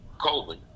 Colvin